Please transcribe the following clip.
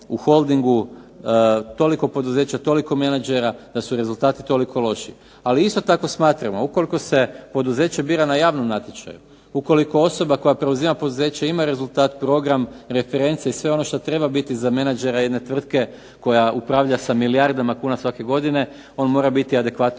u Holdingu toliko poduzeća, toliko menadžera da su rezultati toliko loši. Ali isto tako smatramo ukoliko se poduzeće bira na javnom natječaju, ukoliko osoba koja preuzima poduzeće ima rezultat, program, reference i sve ono što treba biti za menadžera jedne tvrtke koja upravlja sa milijardama kuna svake godine on mora biti adekvatno